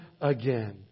again